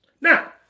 Now